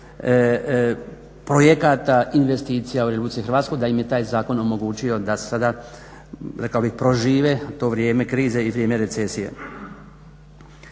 projekata, investicija u RH, da im je taj zakon omogućio da se sada, rekao bih prožive to vrijeme krize i vrijeme recesije.